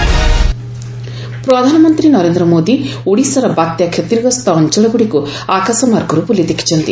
PM visit ପ୍ରଧାନମନ୍ତ୍ରୀ ନରେନ୍ଦ୍ର ମୋଦୀ ଓଡ଼ିଶାର ବାତ୍ୟା କ୍ଷତିଗ୍ରସ୍ତ ଅଞ୍ଚଳଗୁଡ଼ିକ୍ ଆକାଶମାର୍ଗରୁ ବୁଲି ଦେଖିଛନ୍ତି